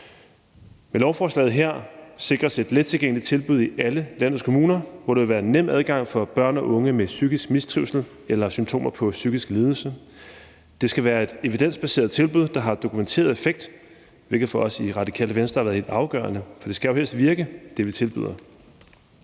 Med lovforslaget her sikres et lettilgængeligt tilbud i alle landets kommuner, hvor der vil være nem adgang for børn og unge med psykisk mistrivsel eller symptomer på psykisk lidelse. Det skal være et evidensbaseret tilbud, der har dokumenteret effekt, hvilket for os i Radikale Venstre har været helt afgørende, for det, vi tilbyder,